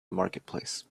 marketplace